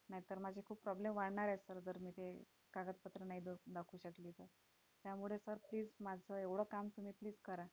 नाहीतर माझे खूप प्रॉब्लेम वाढणार आहेत सर जर मी ते कागदपत्रं नाही द दाखवू शकली तर त्यामुळे सर प्लीज माझं एवढं काम तुम्ही प्लीज करा